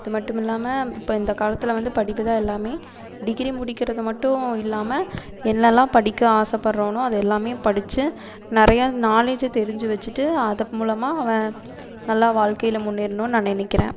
அதுமட்டுமில்லாமல் இப்போ இந்த காலத்தில் வந்து படிப்பு தான் எல்லாம் டிகிரி முடிக்கிறது மட்டும் இல்லாமல் என்னெல்லாம் படிக்க ஆசைப்பட்றானோ அது எல்லாம் படித்து நிறையா நாலேஜை தெரிஞ்சு வச்சுகிட்டு அதன் மூலமாக அவன் நல்லா வாழ்க்கையில் முன்னேறணும்னு நான் நினைக்கிறன்